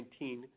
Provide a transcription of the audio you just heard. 2019